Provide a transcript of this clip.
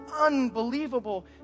unbelievable